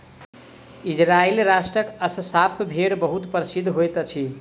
Israel राष्ट्रक Assaf भेड़ बहुत प्रसिद्ध होइत अछि